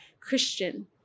Christian